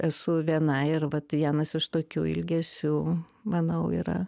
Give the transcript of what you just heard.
esu viena ir vat vienas iš tokių ilgesių manau yra